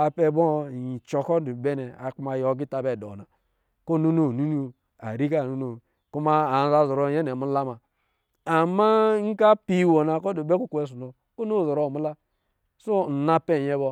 Apɛ bɔ? Cɔ kɔ̄ dɔ̄ bɛ nnɛ kuma ayi wɔ agita bɛ dɔ na kɔ̄ nini, aninop, ari kɔ̄ aninoo. Kuma anza zɔrɔ nyɛ mula muna ama nkɔ̄ apɔɔ iwɔ na kɔ̄ bɛ kukwɛ ɔsɔ̄ kɔ̄ ɔ nini azɔrɔ muda so nna pɛ nyɛ bɔ